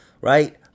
right